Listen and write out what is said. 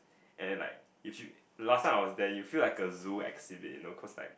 and then like you fe~ last time I was there you feel like a zoo exhibit you know cause like